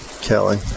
Kelly